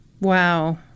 Wow